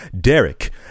Derek